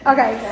Okay